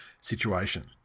situation